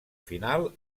final